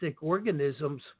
organisms